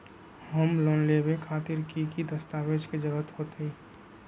Home loan लेबे खातिर की की दस्तावेज के जरूरत होतई?